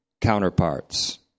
counterparts